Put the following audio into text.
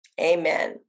amen